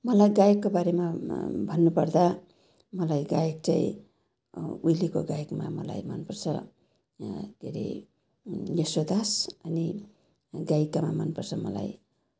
मलाई गायककोबारेमा भन्नुपर्दा मलाई गायक चाहिँ उइलेको गायकमा मलाई मनपर्छ के हरे यसुदास अनि गायिकामा मनपर्छ मलाई